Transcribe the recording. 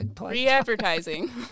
Re-advertising